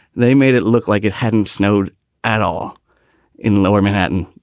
they made it look like it hadn't snowed at all in lower manhattan,